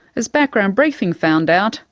as background briefing found out,